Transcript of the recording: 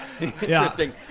Interesting